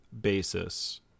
basis